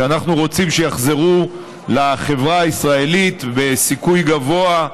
שאנחנו רוצים שיחזרו לחברה הישראלית בסיכוי גבוה,